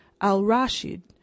al-Rashid